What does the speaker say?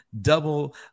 double